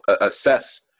assess